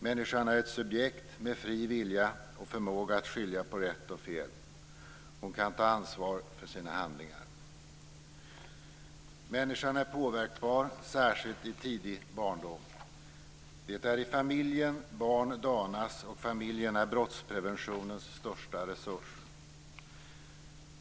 Människan är ett subjekt med fri vilja och förmåga att skilja på rätt och fel. Hon kan ta ansvar för sina handlingar. Människan är påverkbar, särskilt i tidig barndom. Det är i familjen barn danas, och familjen är brottspreventionens största resurs.